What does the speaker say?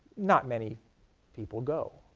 not many people go.